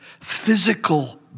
Physical